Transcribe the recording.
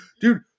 Dude